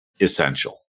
essential